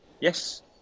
Yes